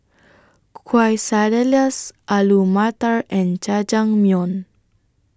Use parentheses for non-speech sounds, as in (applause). (unintelligible) Quesadillas Alu Matar and Jajangmyeon